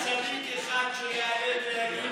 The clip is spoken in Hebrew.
נזמין את חברת, יש לי בקשת רשות דיבור.